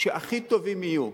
שהכי טובים יהיו.